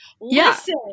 listen